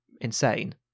insane